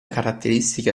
caratteristica